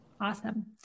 Awesome